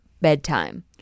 bedtime